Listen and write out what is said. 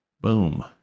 Boom